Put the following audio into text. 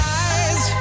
eyes